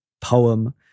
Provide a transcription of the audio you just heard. poem